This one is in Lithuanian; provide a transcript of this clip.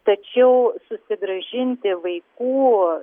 tačiau susigrąžinti vaikų